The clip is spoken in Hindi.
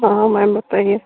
हाँ मैम बताईए